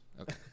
Okay